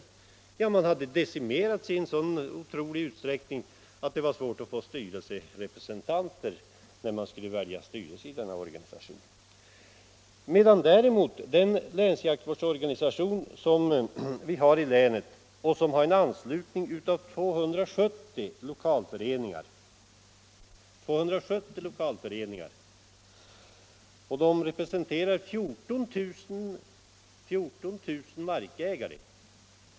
Skaran hade decimerats i så otrolig utsträckning att det var svårt att få några kandidater när man skulle välja styrelse i denna organisation. Den länsjaktvårdsorganisation som vi har i länet har däremot 270 1okalföreningar, och de representerar 14 000 markägare.